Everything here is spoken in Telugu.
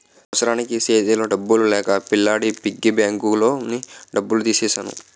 అవసరానికి సేతిలో డబ్బులు లేక పిల్లాడి పిగ్గీ బ్యాంకులోని డబ్బులు తీసెను